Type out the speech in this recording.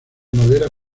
madera